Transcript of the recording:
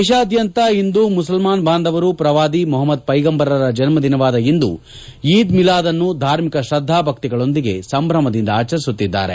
ದೇಶಾದ್ಯಂತ ಇಂದು ಮುಸಲ್ಮಾನ್ ಬಾಂಧವರು ಪ್ರವಾದಿ ಮೊಹಮ್ಮದ್ ಪೈಗಂಬರ್ ಜನ್ಮದಿನವಾದ ಇಂದು ಈದ್ ಮಿಲಾದ್ ಅನ್ನು ಧಾರ್ಮಿಕ ಶ್ರದ್ದಾ ಭಕ್ತಿಗಳೊಂದಿಗೆ ಸಂಭ್ರಮದಿಂದ ಆಚರಿಸುತ್ತಿದ್ದಾರೆ